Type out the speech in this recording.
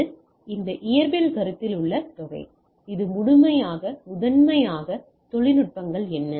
இது இந்த இயற்பியல் கருத்தில் உள்ள தொகை இது முதன்மையாக தொழில்நுட்பங்கள் என்ன